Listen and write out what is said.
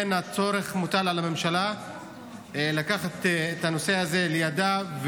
מוטל על הממשלה לקחת את הנושא הזה לידיה,